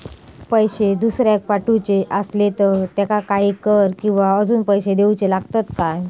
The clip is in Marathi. पैशे दुसऱ्याक पाठवूचे आसले तर त्याका काही कर किवा अजून पैशे देऊचे लागतत काय?